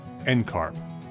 NCARB